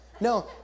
no